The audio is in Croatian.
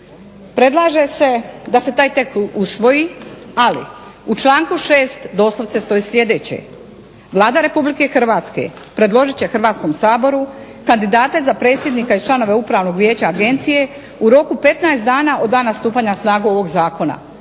predlaže se da se taj tekst usvoji, ali u članku 6. doslovce stoji sljedeće: Vlada Republike Hrvatske predložit će Hrvatskom saboru kandidate za predsjednika i članove Upravnog vijeća Agencije u roku 15 dana od dana stupanja na snagu ovog zakona.